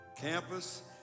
campus